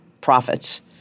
profits